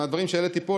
מהדברים שהעליתי פה,